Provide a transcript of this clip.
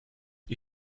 die